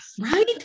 right